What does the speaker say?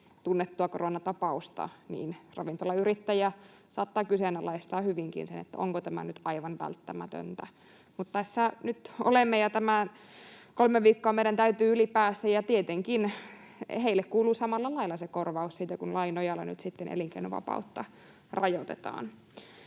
tunnettua koronatapausta, ravintolayrittäjä saattaa kyseenalaistaa hyvinkin sen, onko tämä nyt aivan välttämätöntä, mutta tässä nyt olemme, ja tämä kolme viikkoa meidän täytyy yli päästä, ja tietenkin heille kuuluu samalla lailla se korvaus siitä, kun lain nojalla nyt sitten elinkeinovapautta rajoitetaan.